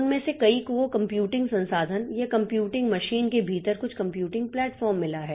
उनमें से कई को कंप्यूटिंग संसाधन या कंप्यूटिंग मशीन के भीतर कुछ कंप्यूटिंग प्लेटफ़ॉर्म मिला है